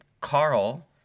Carl